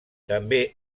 també